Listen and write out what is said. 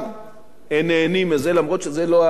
אף שזה לא סעיף מרכזי אלא סעיף משני.